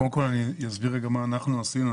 בוקר טוב, קודם כל אני אסביר רגע מה אנחנו עשינו.